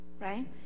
Right